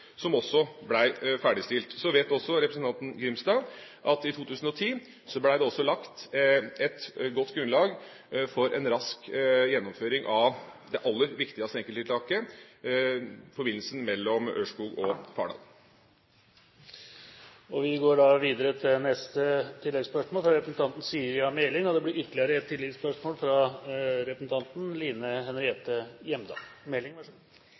som også ble ferdigstilt. Så vet representanten Grimstad at det i 2010 også ble lagt et godt grunnlag for en rask gjennomføring av det aller viktigste enkelttiltaket, forbindelsen mellom Ørskog og Fardal. Siri A. Meling – til oppfølgingsspørsmål. Jeg vil begynne med å ønske statsråden et riktig godt nytt år og